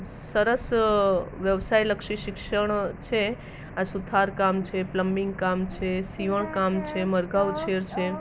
સરસ વ્યવસાયલક્ષી શિક્ષણ છે આ સુથારકામ છે પ્લમબિંગ કામ છે સિવણકામ છે મરઘાં ઉછેર છે